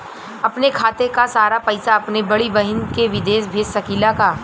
अपने खाते क सारा पैसा अपने बड़ी बहिन के विदेश भेज सकीला का?